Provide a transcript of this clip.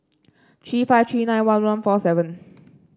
three five three nine one one four seven